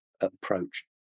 approach